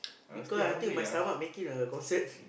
because I think my stomach making a concert